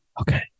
Okay